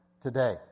today